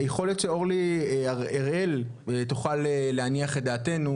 יכול להיות שאורלי אראל תוכל להניח את דעתנו,